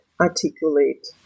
articulate